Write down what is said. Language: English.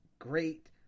great